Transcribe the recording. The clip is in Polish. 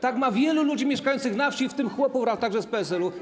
Tak ma wielu ludzi mieszkających na wsi, w tym chłopów, także z PSL-u.